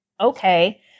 okay